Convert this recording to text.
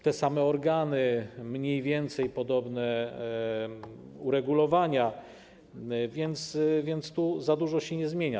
Te same organy, mniej więcej podobne uregulowania, więc tu za dużo się nie zmienia.